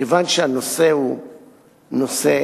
כיוון שהנושא הוא נושא